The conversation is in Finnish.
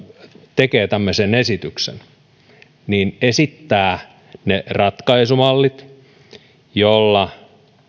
tekee tämmöisen esityksen esittää ne ratkaisumallit joilla